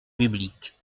public